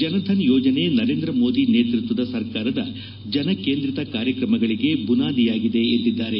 ಜನ್ಧನ್ ಯೋಜನೆ ನರೇಂದ್ರ ಮೋದಿ ನೇತೃತ್ವದ ಸರ್ಕಾರದ ಜನಕೇಂದ್ರಿತ ಕಾರ್ಯಕ್ರಮಗಳಿಗೆ ಬುನಾದಿಯಾಗಿದೆ ಎಂದಿದ್ದಾರೆ